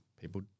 people